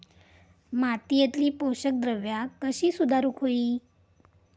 मातीयेतली पोषकद्रव्या कशी सुधारुक होई?